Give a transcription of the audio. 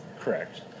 correct